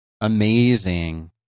amazing